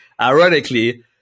Ironically